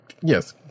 yes